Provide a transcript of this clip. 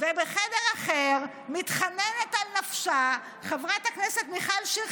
ובחדר אחר מתחננת על נפשה חברת הכנסת מיכל שיר,